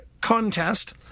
contest